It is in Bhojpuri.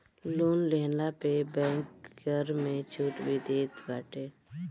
लोन लेहला पे बैंक कर में छुट भी देत बाटे